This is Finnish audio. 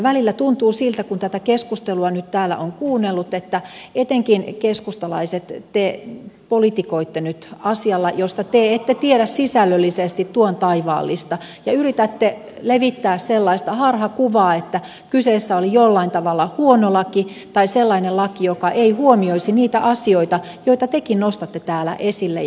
välillä tuntuu siltä kun tätä keskustelua nyt täällä on kuunnellut että etenkin te keskustalaiset politikoitte nyt asialla josta te ette tiedä sisällöllisesti tuon taivaallista ja yritätte levittää sellaista harhakuvaa että kyseessä on jollain tavalla huono laki tai sellainen laki joka ei huomioisi niitä asioita joita tekin nostatte täällä esille